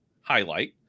highlight